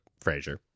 Frasier